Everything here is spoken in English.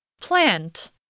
Plant